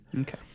Okay